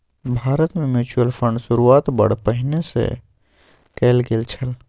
भारतमे म्यूचुअल फंडक शुरूआत बड़ पहिने सँ कैल गेल छल